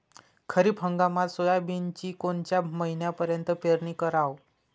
खरीप हंगामात सोयाबीनची कोनच्या महिन्यापर्यंत पेरनी कराव?